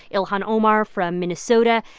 ilhan omar from minnesota.